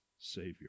Savior